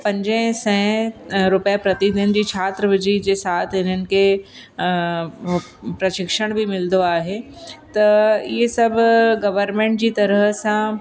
पंजे सैं रुपए प्रति इन्हनि जी छात्रविजी जे साथ इन्हनि खे प्रशिक्षण बि मिलंदो आहे त इहे सभु गवर्मेंट जी तरह सां